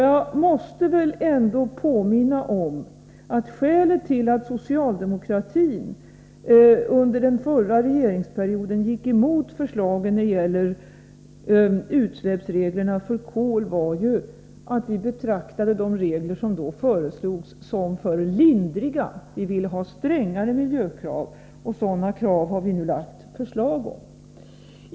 Jag måste påminna om att skälet till att socialdemokratin under den förra regeringsperioden gick emot förslagen när det gällde utsläppsreglerna för kol var att vi betraktade de regler som föreslogs som för lindriga. Vi ville ha strängare miljökrav, och sådana krav har vi nu lagt fram förslag om.